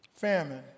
famine